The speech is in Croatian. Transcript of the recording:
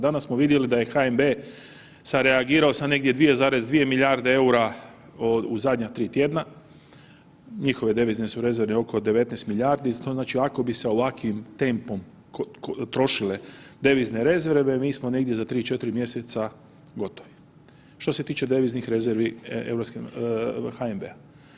Danas smo vidjeli da je HNB sa reagirao sa negdje 2,2 milijarde EUR-a u zadnja 3 tjedna, njihove devizne su rezerve oko 19 milijardi, to znači ako bi sa ovakvim tempom trošile devizne rezerve mi smo negdje za 3-4 mjeseca gotovi, što se tiče deviznih rezervi HNB-a.